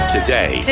Today